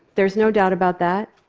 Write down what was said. there's no doubt about that.